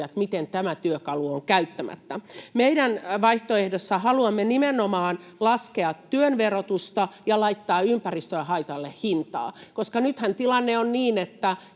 miten tämä työkalu on käyttämättä. Meidän vaihtoehdossa haluamme nimenomaan laskea työn verotusta ja laittaa ympäristöhaitalle hintaa, koska nythän tilanne on niin, että